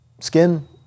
Skin